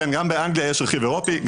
כן גם באנגליה יש רכיב אירופי.